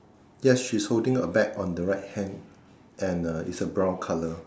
yes she's holding a bag on the right hand and uh it's a brown colour